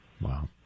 Wow